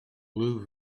blue